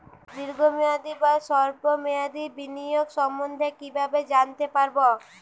দীর্ঘ মেয়াদি বা স্বল্প মেয়াদি বিনিয়োগ সম্বন্ধে কীভাবে জানতে পারবো?